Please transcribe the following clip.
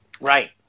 Right